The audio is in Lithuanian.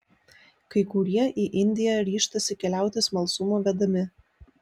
kai kurie į indiją ryžtasi keliauti smalsumo vedami